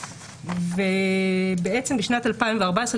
בעצם בשנת 2014,